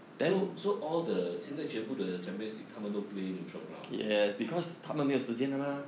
so so all the 现在全部 champions league 他们都 play neutral ground ah